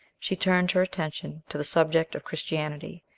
she turned her attention to the subject of christianity,